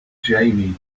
jamie